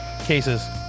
cases